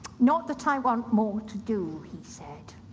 not that i want more to do, he said.